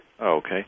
Okay